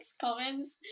comments